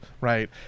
right